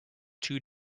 too